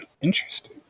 Interesting